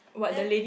then